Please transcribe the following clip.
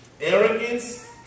arrogance